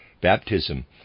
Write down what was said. baptism